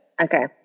okay